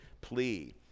plea